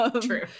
True